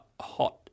Hot